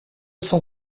son